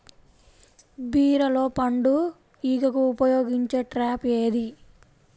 బీరలో పండు ఈగకు ఉపయోగించే ట్రాప్ ఏది?